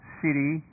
city